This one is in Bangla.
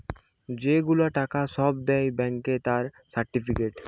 যে গুলা টাকা সব দেয় ব্যাংকে তার সার্টিফিকেট